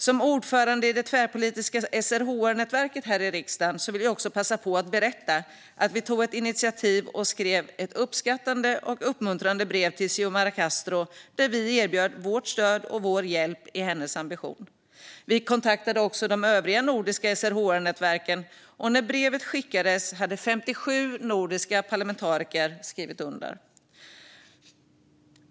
Som ordförande i det tvärpolitiska SRHR-nätverket i riksdagen vill jag också passa på att berätta att vi tog ett initiativ och skrev ett uppskattande och uppmuntrande brev till Xiomara Castro där vi erbjöd vårt stöd och vår hjälp i hennes ambition. Vi kontaktade också de övriga nordiska SRHR-nätverken, och när brevet skickades hade 57 nordiska parlamentariker skrivit under.